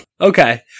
Okay